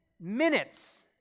minutes